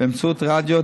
באמצעות הרדיו,